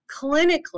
clinically